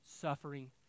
suffering